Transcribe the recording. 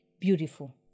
beautiful